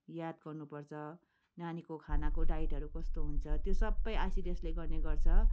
याद गर्नु पर्छ नानीको खानाको डाइटहरू कस्तो हुन्छ त्यो सबै आइसिडिएसले गर्ने गर्छ